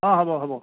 অঁ হ'ব হ'ব